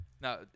Now